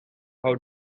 how